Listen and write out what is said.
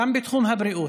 גם בתחום הבריאות,